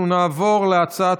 בעד,